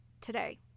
today